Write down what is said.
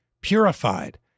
purified